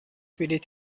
بلیط